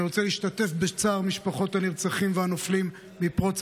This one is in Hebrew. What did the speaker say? אני רוצה להשתתף בצער משפחות הנרצחים והנופלים מפרוץ